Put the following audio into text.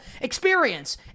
experience